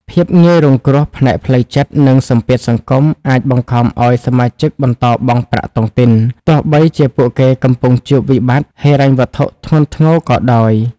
ភាពងាយរងគ្រោះផ្នែកផ្លូវចិត្ត និងសម្ពាធសង្គម អាចបង្ខំឱ្យសមាជិកបន្តបង់ប្រាក់តុងទីន ទោះបីជាពួកគេកំពុងជួបវិបត្តិហិរញ្ញវត្ថុធ្ងន់ធ្ងរក៏ដោយ។